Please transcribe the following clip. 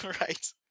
Right